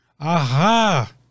Aha